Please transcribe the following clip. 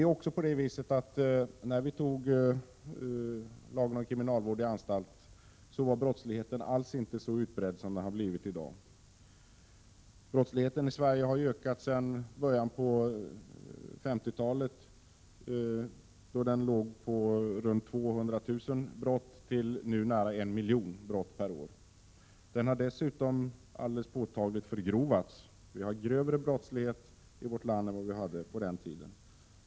När vi antog lagen om kriminalvård i anstalt var brottsligheten alls inte så utbredd som den har blivit i dag. Brottsligheten i Sverige har ju ökat sedan början av 1950-talet, då den låg på runt 200 000 brott per år, till nu nära 1 miljon. Brottsligheten har dessutom alldeles påtagligt förgrovats. Vi har grövre brottslighet i vårt land nu än vad vi hade på den tiden.